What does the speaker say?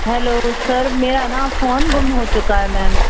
hello sir मेरा है ना फोन गुम हो चुका है मेम